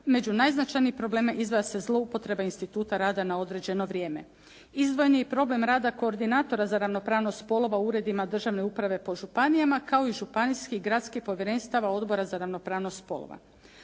Među najznačajnije probleme izdvaja se zloupotreba instituta rada na određeno vrijeme. Izdvojen je i problem rada koordinatora za ravnopravnost spolova u uredima državne uprave po županijama kao i županijskih i gradskih povjerenstava odbora za ravnopravnost spolova.